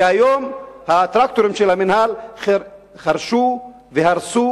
כי היום הטרקטורים של המינהל חרשו והרסו